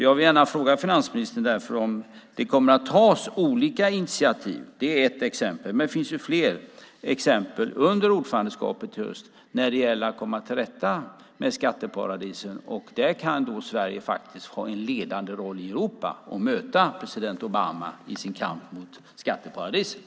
Jag vill därför fråga finansministern om det under ordförandeskapet kommer att tas olika initiativ - det här var ett exempel, men det finns fler - för att komma till rätta med skatteparadisen. Där kan Sverige faktiskt ha en ledande roll i Europa och möta president Obama i hans kamp mot skatteparadisen.